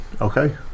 Okay